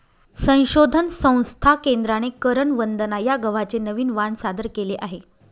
संशोधन संस्था केंद्राने करण वंदना या गव्हाचे नवीन वाण सादर केले आहे